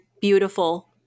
beautiful